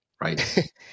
Right